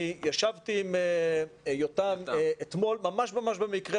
אני ישבתי עם יותם אתמול ממש ממש במקרה,